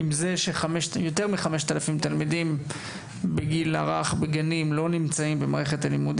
עם זה ש-5,000 תלמידים בגילאי הגיל הרך לא נמצאים כיום במערכת החינוך,